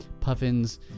puffins